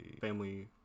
family